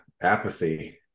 apathy